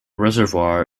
reservoir